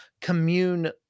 commune